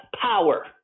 power